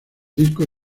discos